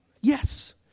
Yes